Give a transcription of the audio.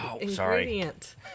ingredient